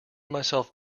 myself